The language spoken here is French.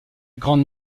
grande